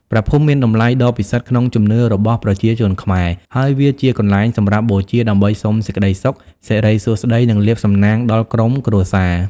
ព្រះភូមិមានតម្លៃដ៏ពិសិដ្ឋក្នុងជំនឿរបស់ប្រជាជនខ្មែរ ហើយវាជាកន្លែងសម្រាប់បូជាដើម្បីសុំសេចក្តីសុខ សិរីសួស្តី និងលាភសំណាងដល់ក្រុមគ្រួសារ។